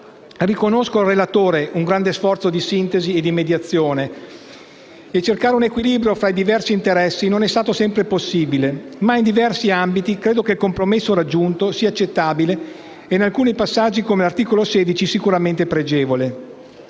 Riconosco al relatore un grande sforzo di sintesi e di mediazione, ma cercare un equilibrio tra i diversi interessi non è stato sempre possibile; ritengo tuttavia che in diversi ambiti il compromesso raggiunto sia accettabile ed in alcuni passaggi, come l'articolo 16, sicuramente pregevole.